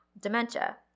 dementia